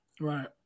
Right